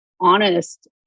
honest